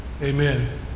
amen